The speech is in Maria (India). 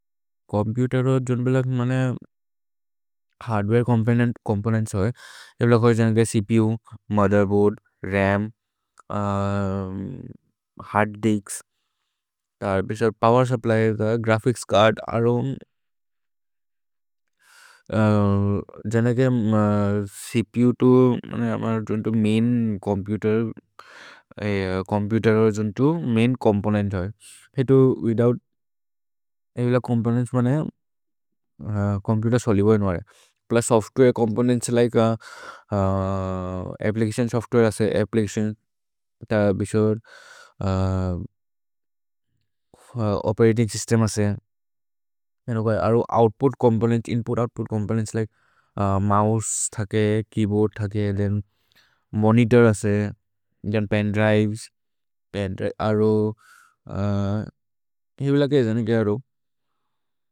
छोम्पुतेर् ओ जुन्द् बिल हर्द्वरे चोम्पोनेन्त्स् होइ जनके CPU, motherboard, RAM, hard disk, power supply, graphics card जनके छ्पु तु मैन् चोम्पुतेर् ओ जुन्द्। मैन् चोम्पोनेन्त् होइ हे तो विथोउत् ए बिल चोम्पोनेन्त्स् मनय चोम्पुतेर् सोलुबोहेन् वरे plus software components like application software. असे अप्प्लिचतिओन् त बिशोद् ओपेरतिन्ग् स्य्स्तेम् असे जनके अरो output components, input output components like mouse थके, केय्बोअर्द् थके। थेन् मोनितोर् असे जनके पेन्द्रिवेस्, अर्रो, ए बिल के जनके अर्रो।